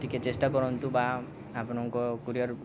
ଟିକେ ଚେଷ୍ଟା କରନ୍ତୁ ବା ଆପଣଙ୍କ କୁରିଅର୍